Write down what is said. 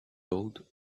old